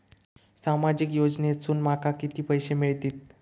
सामाजिक योजनेसून माका किती पैशे मिळतीत?